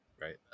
Right